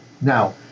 Now